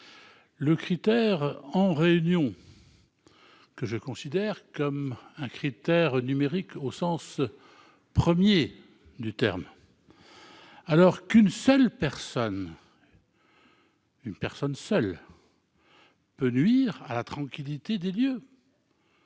le critère « en réunion », que je considère comme un critère numérique au sens premier du terme. Une personne seule peut nuire à la tranquillité des lieux,